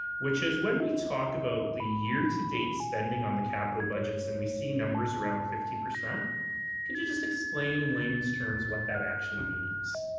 which is when we talk about the year to date spending on the capital budgets and we see numbers around fifty, could you just explain in layman's terms what that actually means.